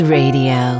radio